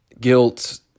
guilt